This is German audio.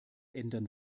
ändern